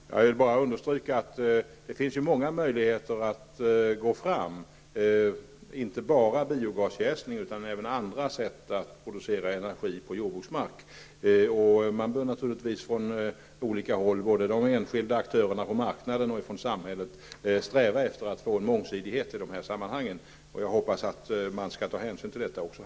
Herr talman! Jag vill bara understryka att det finns många möjligheter att gå fram. Biogasjäsning är inte den enda, utan det finns även andra sätt att producera energi på jordbruksmark. Både de enskilda aktörerna på marknaden och samhället bör naturligtvis sträva efter att få en mångsidighet i de här sammanhangen. Jag hoppas att man skall ta hänsyn till detta även här.